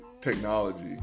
technology